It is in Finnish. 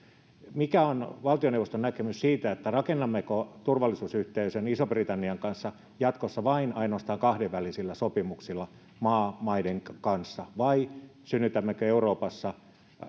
mikä on valtioneuvoston näkemys siitä rakennammeko turvallisuusyhteisön ison britannian kanssa jatkossa vain ainoastaan kahdenvälisillä sopimuksilla maiden kanssa vai synnytämmekö euroopassa